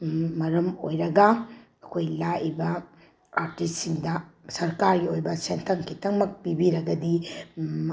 ꯃꯔꯝ ꯑꯣꯏꯔꯒ ꯑꯩꯈꯣꯏ ꯂꯥꯛꯏꯕ ꯑꯥꯔꯇꯤꯁꯁꯤꯡꯗ ꯁꯔꯀꯥꯔꯒꯤ ꯑꯣꯏꯕ ꯁꯦꯟꯊꯪ ꯈꯤꯇꯪꯃꯛ ꯄꯤꯕꯤꯔꯒꯗꯤ